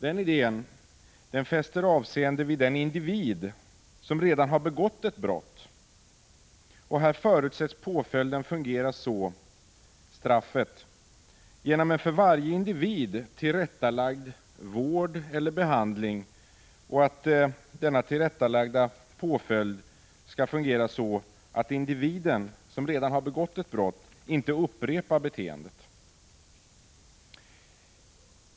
Enligt denna idé fäster man avseende vid den individ som redan har begått ett brott, och påföljden — en för varje individ tillrättalagd vård eller behandling — förutsätts fungera så att denne inte upprepar beteendet.